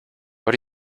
what